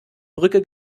brücke